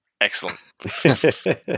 Excellent